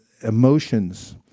emotions